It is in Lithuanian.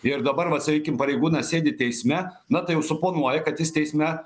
ir dabar vat sakykim pareigūnas sėdi teisme na tai jau suponuoja kad jis teisme